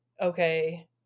okay